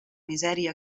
misèria